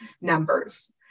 numbers